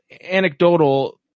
anecdotal